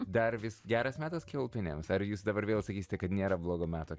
dar vis geras metas kiaulpienėms ar jūs dabar vėl sakysite kad nėra blogo meto